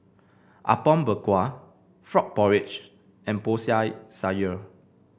Apom Berkuah Frog Porridge and Sayur